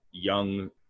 young